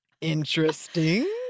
Interesting